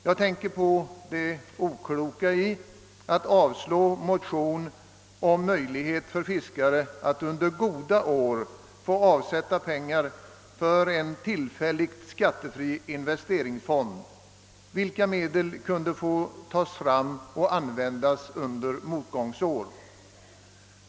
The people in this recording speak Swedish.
Jag tänker på det okloka i att avslå motionen om möjlighet för fiskare att under goda år få avsätta pengar för en tillfälligt skattefri investeringsfond, vilka medel kunde få tas fram och användas under motgångsår.